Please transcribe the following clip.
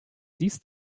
siehst